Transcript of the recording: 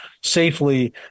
safely